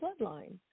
bloodline